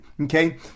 Okay